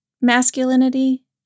masculinity